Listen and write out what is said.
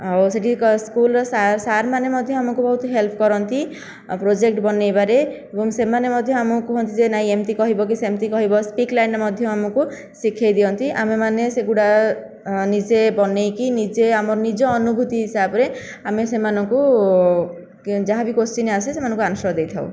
ଆଉ ସେଠି ସ୍କୁଲର ସାର୍ ମାନେ ମଧ୍ୟ ଆମକୁ ବହୁତ ହେଲ୍ପ କରନ୍ତି ଆଉ ପ୍ରୋଜେକ୍ଟ ବନେଇବାରେ ଏବଂ ସେମାନେ ମଧ୍ୟ ଆମକୁ କୁହନ୍ତି ଯେ ନାଇଁ ଏମିତି କହିବକି ସେମିତି କହିବ ସ୍ପିକ୍ ଲାଇନରେ ମଧ୍ୟ ଆମକୁ ଶିଖେଇ ଦିଅନ୍ତି ଆମେ ମାନେ ସେଗୁଡ଼ା ନିଜେ ବନେଇକି ନିଜେ ଆମର ନିଜ ଅନୁଭୂତି ହିସାବରେ ଆମେ ସେମାନଙ୍କୁ ଯାହାବି କ୍ୱେଶ୍ଚନ ଆସେ ସେମାନଙ୍କୁ ଆନସର୍ ଦେଇ ଥାଉ